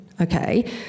okay